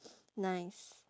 nice